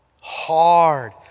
hard